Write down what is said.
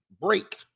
break